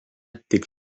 tik